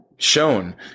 shown